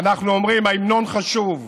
אנחנו אומרים שההמנון חשוב,